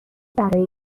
برای